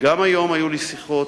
שגם היום היו לי שיחות,